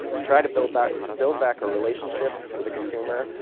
to try to build back build back a relationship with the consumer,